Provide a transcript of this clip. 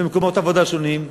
במקומות עבודה שונים,